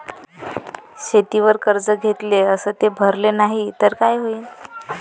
शेतीवर कर्ज घेतले अस ते भरले नाही तर काय होईन?